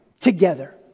Together